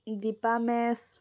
Dipa match